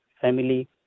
family